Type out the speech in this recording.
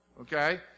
okay